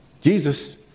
Jesus